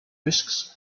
risks